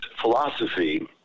philosophy